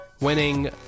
winning